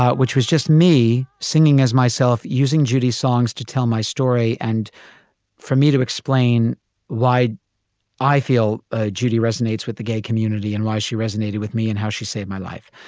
which was just me singing as myself using judy songs to tell my story. and for me to explain why i feel ah judy resonates with the gay community and why she resonated with me and how she saved my life.